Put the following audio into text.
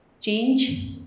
change